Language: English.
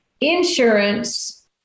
insurance